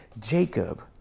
Jacob